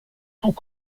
tout